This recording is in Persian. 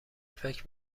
فکر